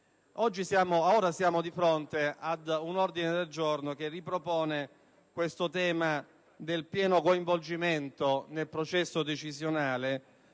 Ora, siamo di fronte ad un ordine del giorno che ripropone il tema del pieno coinvolgimento nel processo decisionale,